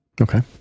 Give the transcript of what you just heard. Okay